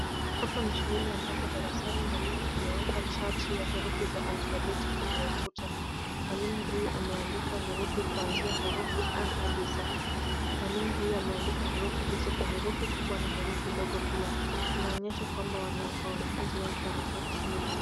Hapa ni shuleni ambapo darasani mwalimu ameweka chati ya herufi za alphabeti kwenye ukuta. Mwalimu huyu ameandika herufi kuanzia herufi A hadi Z. Mwalimu huyo ameandika herufi hizo kwa herufi kubwa na herufi ndogo pia. Inaonyesha kwamba wanafunzi wake wanafaa kusoma hizo.